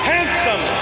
Handsome